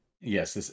yes